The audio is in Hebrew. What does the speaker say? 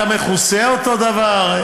אתה מכוסה אותו דבר.